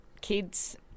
kids